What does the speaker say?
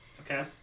Okay